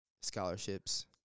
scholarships